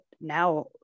now